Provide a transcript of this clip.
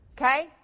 Okay